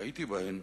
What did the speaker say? שהייתי בהן,